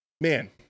man